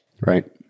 right